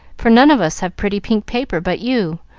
for none of us have pretty pink paper but you,